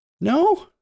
No